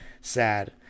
Sad